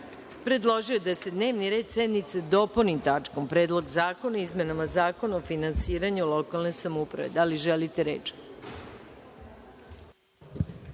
predložio je da se dnevni red sednice dopuni tačkom Predlog zakona o izmenama Zakona o finansiranju lokalne samouprave. Da li želite reč?